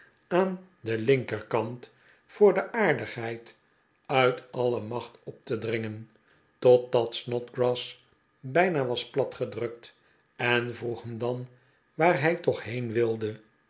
aan den linkerkant voor de aardigheid uit alle macht op te dringen totdat snodgrass bijna was platgedrukt en vroegen dan waar hij toch'heen wilde